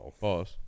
Pause